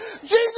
Jesus